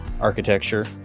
architecture